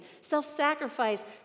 self-sacrifice